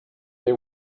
they